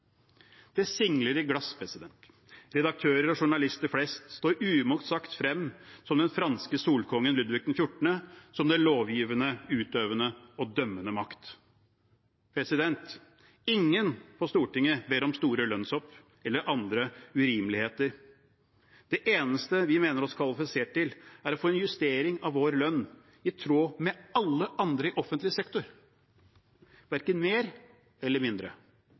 Det singler i glass. Redaktører og journalister flest står uimotsagt frem, som den franske Solkongen, Ludvig den 14., som den lovgivende, utøvende og dømmende makt. Ingen på Stortinget ber om store lønnshopp eller andre urimeligheter. Det eneste vi mener oss kvalifisert til, er å få en justering av vår lønn som er i tråd med alle andre i offentlig sektor – verken mer eller mindre.